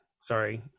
sorry